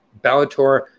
Bellator